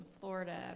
Florida